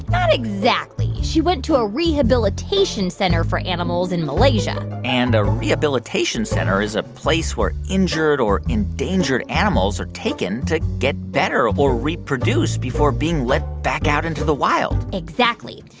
not exactly. she went to a rehabilitation center for animals in malaysia and a rehabilitation center is a place where injured or endangered animals are taken to get better or reproduce before being let back out into the wild exactly.